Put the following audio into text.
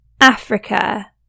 Africa